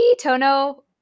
Tono